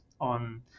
on